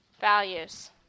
values